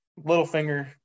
Littlefinger